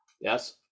yes